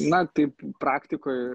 na taip praktikoj